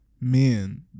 men